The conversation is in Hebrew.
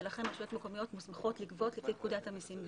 ולכן רשויות מקומיות מוסמכות לגבות לפי פקודת המיסים (גבייה).